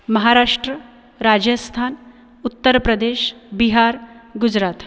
Maharashtra Rajasthan Uttar Pradesh Bihar Gujarat